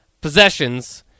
possessions